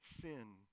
sin